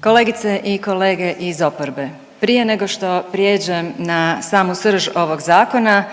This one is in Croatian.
Kolegice i kolege iz oporbe prije nego što prijeđem na samu srž ovog zakona